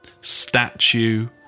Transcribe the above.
statue